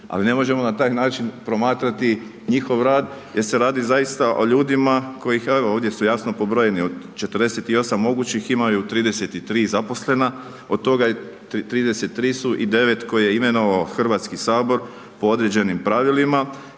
Ali ne možemo na taj način promatrati njihov rad jer se radi zaista o ljudima, kojih evo ovdje su jasno pobrojeni, od 48 mogućih imaju 33 zaposlena, od toga 33 su i 9 koje je imenovao HS po određenim pravilima